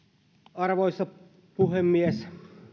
arvoisa puhemies